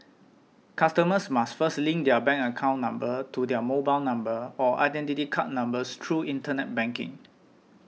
customers must first link their bank account number to their mobile number or Identity Card numbers through internet banking